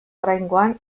oraingoan